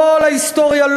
כל ההיסטוריה,